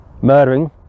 murdering